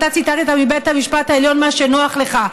אתה ציטטת מבית המשפט העליון מה שנוח לך,